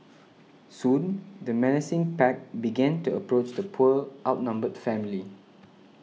soon the menacing pack began to approach the poor outnumbered family